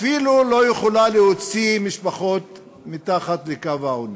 אפילו לא יכולה להוציא משפחות מתחת לקו העוני.